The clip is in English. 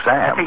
Sam